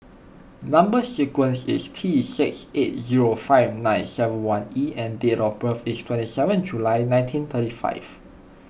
Number Sequence is T six eight zero five nine seven one E and date of birth is twenty seven July nineteen thirty five